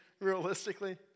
realistically